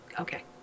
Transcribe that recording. Okay